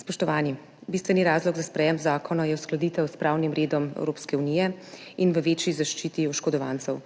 Spoštovani! Bistveni razlog za sprejetje zakona je uskladitev s pravnim redom Evropske unije in v večji zaščiti oškodovancev,